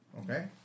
Okay